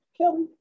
Kelly